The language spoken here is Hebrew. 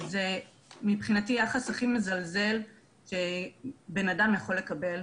וזה מבחינתי יחס הכי מזלזל שבן אדם יכול לקבל.